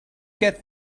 get